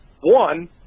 One